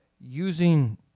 using